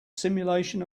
simulation